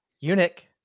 eunuch